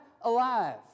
alive